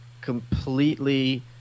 completely